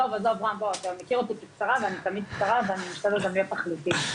אני תמיד קצרה ואשתדל גם להיות תכליתית.